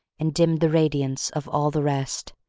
and dimmed the radiance of all the rest,